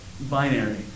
binary